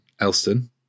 Elston